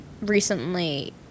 recently